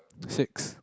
six